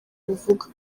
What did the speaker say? buvuga